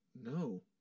no